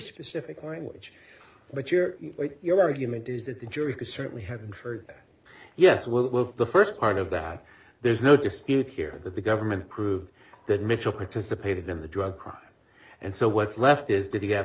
specific language but your your argument is that the jury could certainly haven't heard yes we're the first part of that there's no dispute here that the government proved that mitchell participated in the drug crime and so what's left is did he have